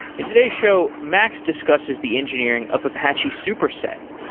in today's show, max discusses the engineering of apache superset.